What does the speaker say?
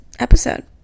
episode